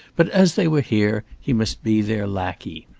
but as they were here, he must be their lackey.